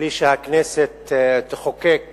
בלי שהכנסת תחוקק